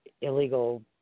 illegal –